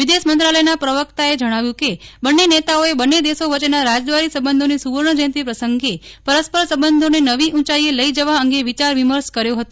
વિદેશ મંત્રાલયના પ્રવક્તા જણાવ્યું કેબંને નેતા ઓએ બંને દેશો વચ્ચેના રાજદ્વારી સંબંધોની સુવર્ણ જયંતિ પ્રસંગે પરસ્પર સંબંધોને નવી ઊંચાઈએ લઈ જવા અંગે વિચાર વિમર્શ કર્યો હતો